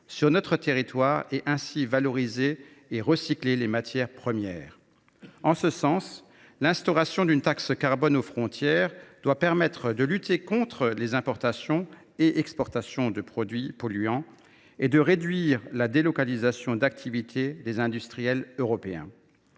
sur notre territoire, afin de valoriser et recycler les matières premières. En ce sens, l’instauration d’une taxe carbone aux frontières doit permettre de lutter contre les importations et exportations de produits polluants, tout en réduisant la délocalisation des activités industrielles européennes.